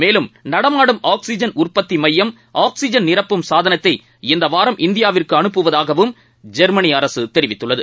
மேலும் நடமாடும் ஆக்ஸிஜன் உற்பத்தி மையம் ஆக்ஸிஜன் நிரப்பும் சாதனத்தை இந்த வாரம் இந்தியாவிற்கு அனுப்புவதாகவும் ஜொ்மனி அரசு தெரிவித்துள்ளது